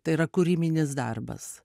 tai yra kūrybinis darbas